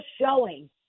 showing